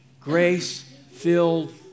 grace-filled